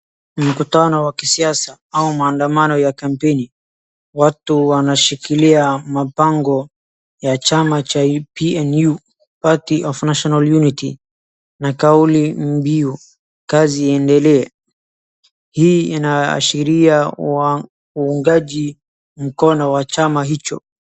Mkutano wa kisiasa au maandamano ya kampeni. Watu wanashikilia mabango ya chama cha PNU, Party of National Unity na kauli mbiu, "Kazi iendelee." Hii inaashiria uungaji mkono wa chama hicho.